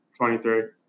23